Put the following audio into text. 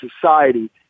society